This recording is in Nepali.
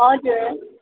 हजुर